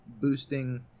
boosting